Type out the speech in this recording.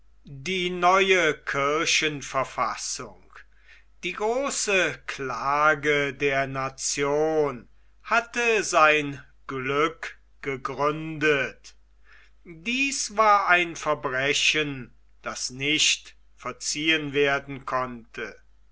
die neue kirchenverfassung die große klage der nation hatte sein glück gegründet dies war ein verbrechen das nicht verziehen werden konnte